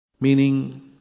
meaning